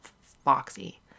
foxy